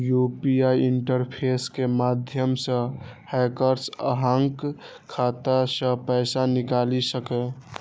UPI interface के माध्यम सं हैकर्स अहांक खाता सं पैसा निकालि सकैए